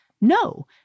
No